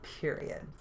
Period